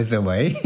away